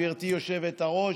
גברתי היושבת-ראש?